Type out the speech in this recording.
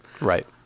Right